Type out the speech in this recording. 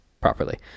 properly